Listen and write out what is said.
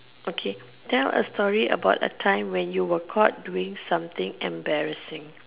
okay tell a story about a time when you were caught doing something embarrassing